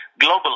globally